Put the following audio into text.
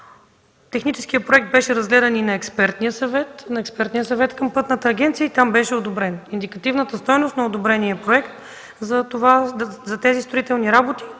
Техническият проект беше разгледан на Експертния съвет към Пътната агенция. Там беше одобрен. Индикативната стойност на одобрения проект за тези строителни работи,